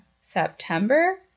September